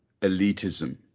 elitism